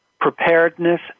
preparedness